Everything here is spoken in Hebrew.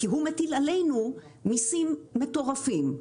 כי הוא מטיל עלינו מיסים מטורפים.